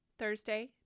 Thursday